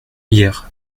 hier